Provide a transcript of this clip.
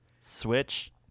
Switch